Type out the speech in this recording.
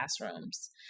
classrooms